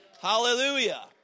hallelujah